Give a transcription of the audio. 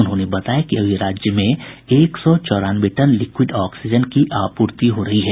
उन्होंने बताया कि अभी राज्य में एक सौ चौरानवे टन लिक्विड ऑक्सीजन की आपूर्ति हो रही है